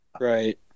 Right